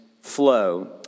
flow